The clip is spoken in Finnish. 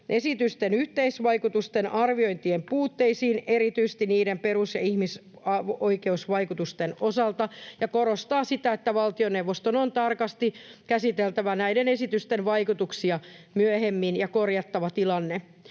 esitysten yhteisvaikutusten arviointien puutteisiin erityisesti niiden perus- ja ihmisoikeusvaikutusten osalta ja korostaa sitä, että valtioneuvoston on tarkasti käsiteltävä näiden esitysten vaikutuksia myöhemmin ja korjattava tilanne